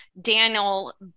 Daniel